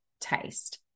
taste